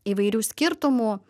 įvairių skirtumų